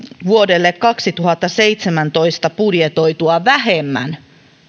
vuodelle kaksituhattaseitsemäntoista budjetoitua vähemmän